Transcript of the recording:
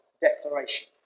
declaration